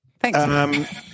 Thanks